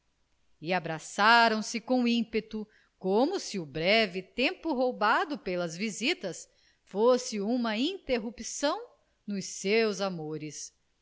e abraçaram-se com ímpeto como se o breve tempo roubado pelas visitas fosse uma interrupção nos seus amores